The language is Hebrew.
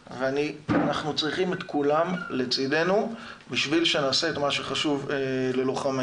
ואנחנו צריכים את כולם לצדנו בשביל שנעשה את מה שחשוב ללוחמינו.